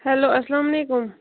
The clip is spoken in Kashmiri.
ہیٛلو اسلامُ علیکُم